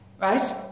right